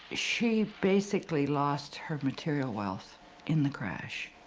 she basically lost her material wealth in the crash.